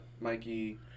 Mikey